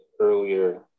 earlier